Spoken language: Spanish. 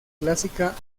clásica